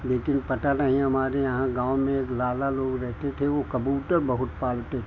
लेकिन पता नहीं हमारे यहाँ गाँव में एक लाला लोग रहते थे वह कबूतर बहुत पालते थे